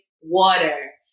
water